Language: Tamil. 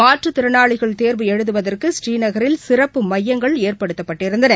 மாற்றுத் திறனாளிகள் தேர்வு எழுதுவதற்கு ஸ்ரீநகரில் சிறப்பு மையங்கள் ஏற்படுத்தப்பட்டிருந்தன